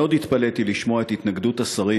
מאוד התפלאתי לשמוע את התנגדות השרים,